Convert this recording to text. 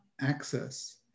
access